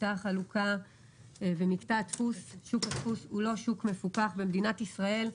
מקטע החלוקה ומקטע שוק הדפוס שהוא לא שוק מפוקח במדינת ישראל.